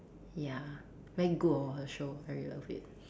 ya very good hor the show very love it